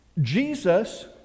Jesus